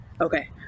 Okay